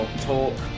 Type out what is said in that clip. Talk